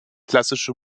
klassische